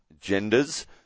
genders